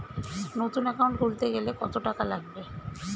নতুন একাউন্ট খুলতে গেলে কত টাকা লাগবে?